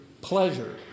pleasure